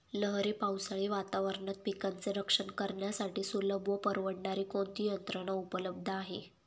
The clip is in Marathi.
लहरी पावसाळी वातावरणात पिकांचे रक्षण करण्यासाठी सुलभ व परवडणारी कोणती यंत्रणा उपलब्ध आहे?